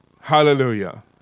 Hallelujah